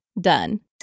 done